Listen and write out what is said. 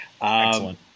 Excellent